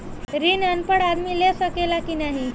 ऋण अनपढ़ आदमी ले सके ला की नाहीं?